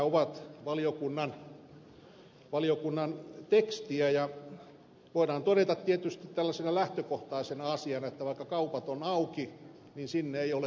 tämä on valiokunnan tekstiä ja voidaan todeta tietysti tällaisena lähtökohtaisena asiana että vaikka kaupat ovat auki niin sinne ei ole kyllä pakko mennä